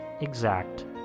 exact